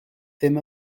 ddim